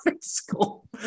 school